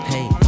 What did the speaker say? Hey